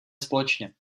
společně